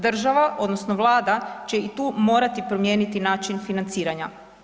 Država odnosno vlada će i tu morati promijeniti način financiranja.